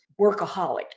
workaholic